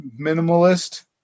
minimalist